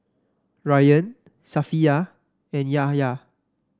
Ryan Safiya and Yahya